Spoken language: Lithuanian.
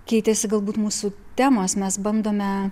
keitėsi galbūt mūsų temos mes bandome